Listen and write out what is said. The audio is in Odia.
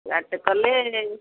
ଗାଡ଼ିଟେ କଲେ